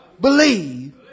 believe